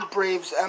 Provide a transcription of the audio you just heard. Braves